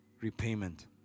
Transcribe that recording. Repayment